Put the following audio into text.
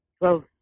close